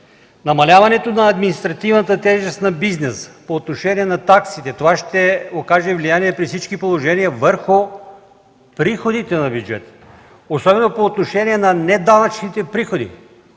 Намаляването на административната тежест на бизнеса по отношение на таксите. Това ще окаже влияние при всички положения върху приходите на бюджета, особено по отношение на неданъчните приходи.